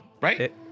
right